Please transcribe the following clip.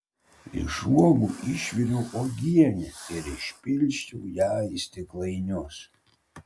iš uogų išviriau uogienę ir išpilsčiau ją į stiklainius